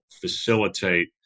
facilitate